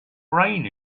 brain